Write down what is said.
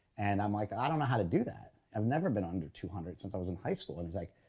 and i'm like, i don't know how to do that. i've never been under two hundred since i was in high school. and he's like,